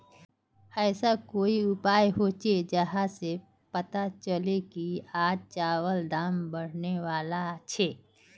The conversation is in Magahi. ऐसा कोई उपाय होचे जहा से पता चले की आज चावल दाम बढ़ने बला छे?